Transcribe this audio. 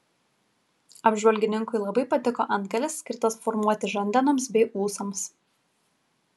apžvalgininkui labai patiko antgalis skirtas formuoti žandenoms bei ūsams